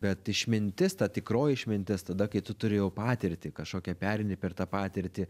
bet išmintis ta tikroji išmintis tada kai tu turi jau patirtį kažkokią pereini per tą patirtį